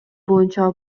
боюнча